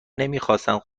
نمیخواستند